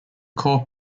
core